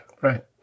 Right